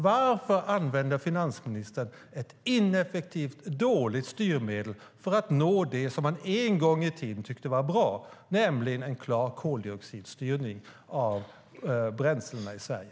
Varför använder finansministern ett ineffektivt, dåligt styrmedel för att nå det som man en gång i tiden tyckte var bra, nämligen en klar koldioxidstyrning av bränslena i Sverige?